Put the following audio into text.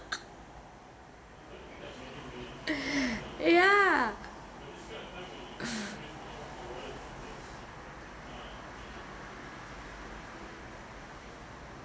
ya